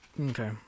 Okay